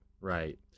right